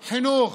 חינוך.